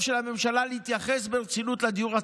של הממשלה להתייחס ברצינות לדיור הציבורי.